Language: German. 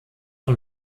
von